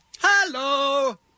Hello